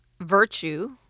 virtue